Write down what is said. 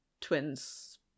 twins